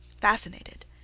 Fascinated